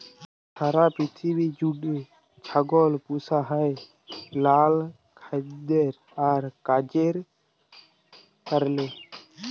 সারা পিথিবী জুইড়ে ছাগল পুসা হ্যয় লালা খাইদ্য আর কাজের কারলে